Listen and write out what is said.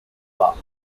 law